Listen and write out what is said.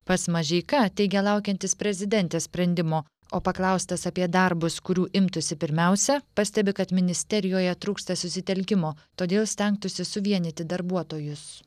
pats mažeika teigia laukiantis prezidentės sprendimo o paklaustas apie darbus kurių imtųsi pirmiausia pastebi kad ministerijoje trūksta susitelkimo todėl stengtųsi suvienyti darbuotojus